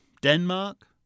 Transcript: Denmark